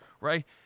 right